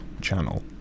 channel